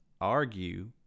argue